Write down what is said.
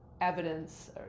evidence